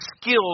skills